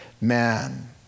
man